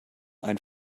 ein